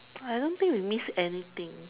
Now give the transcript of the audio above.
I don't think we missed anything